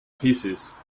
pieces